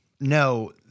No